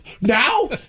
Now